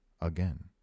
Again